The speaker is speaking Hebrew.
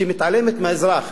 תפיסה שמתעלמת מהאזרח,